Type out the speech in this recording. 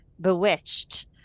bewitched